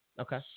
okay